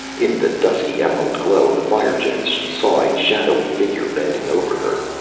in the dusky emerald glow of the fire-gems she saw a shadowy figure bending over her.